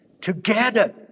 together